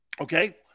okay